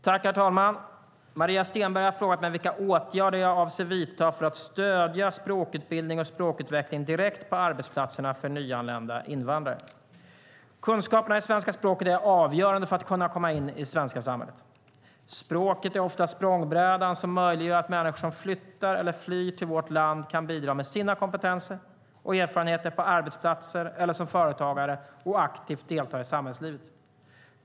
Herr talman! Maria Stenberg har frågat mig vilka åtgärder jag avser att vidta för att stödja språkutbildning och språkutveckling direkt på arbetsplatserna för nyanlända invandrare. Kunskaper i svenska språket är avgörande för att kunna komma in i det svenska samhället. Språket är ofta språngbrädan som möjliggör att människor som flyttar eller flyr till vårt land kan bidra med sina kompetenser och erfarenheter på arbetsplatser eller som företagare, och aktivt delta i samhällslivet.